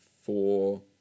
four